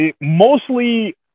Mostly